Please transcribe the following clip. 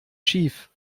schief